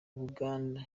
buganda